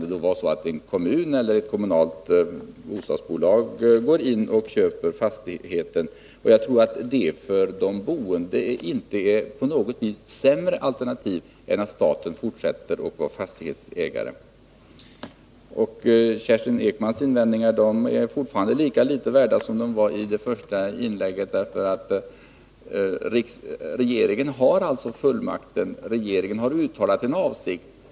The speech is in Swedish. I andra hand kan en kommun eller ett kommunalt bostadsföretag gå in och köpa fastigheten. Jag tror att det för de boende inte på något sätt är ett sämre alternativ än att staten fortsätter att vara fastighetsägare. Kerstin Ekmans invändningar är fortfarande lika litet värda som de var i det första inlägget. Regeringen har nämligen fullmakten, och regeringen har uttalat en avsikt.